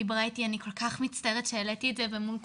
דיברה איתי אני כל כך מצטערת שהעליתי את זה ומול כולם.